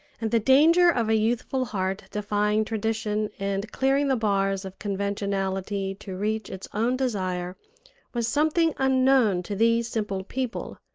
and the danger of a youthful heart defying tradition and clearing the bars of conventionality to reach its own desire was something unknown to these simple people.